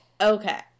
Okay